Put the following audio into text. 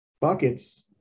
buckets